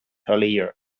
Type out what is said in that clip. earlier